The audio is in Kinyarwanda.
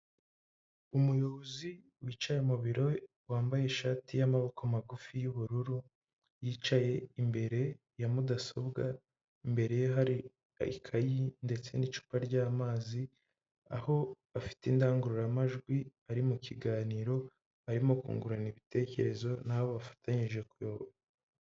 Umuyobozi wicaye mu biro, wambaye ishati y'amaboko magufi y'ubururu, yicaye imbere ya mudasobwa, imbere ye hari ikayi ndetse n'icupa ry'amazi, aho afite indangururamajwi ari mu kiganiro, arimo kungurana ibitekerezo n'abo bafatanyije kuyobora.